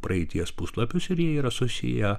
praeities puslapius ir jie yra susiję